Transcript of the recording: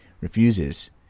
refuses